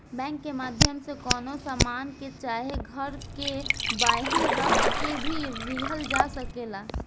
bank के माध्यम से कवनो सामान के चाहे घर के बांहे राख के भी लिहल जा सकेला